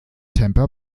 tampa